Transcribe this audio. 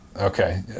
okay